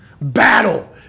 battle